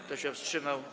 Kto się wstrzymał?